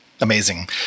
Amazing